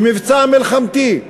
במבצע מלחמתי.